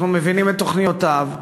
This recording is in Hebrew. אנחנו מבינים את תוכניותיו,